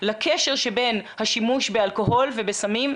לקשר שבין השימוש באלכוהול ובסמים,